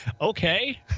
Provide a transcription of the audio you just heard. okay